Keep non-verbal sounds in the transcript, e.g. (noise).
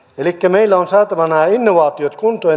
elikkä meidän on saatava nämä innovaatiot kuntoon (unintelligible)